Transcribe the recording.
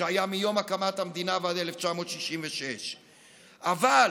שהיה מיום הקמת המדינה ועד 1966. אבל